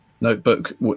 Notebook